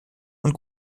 und